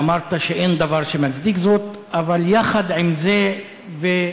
ואמרת שאין דבר שמצדיק זאת, אבל יחד עם זה וכו'